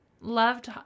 loved